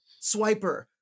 Swiper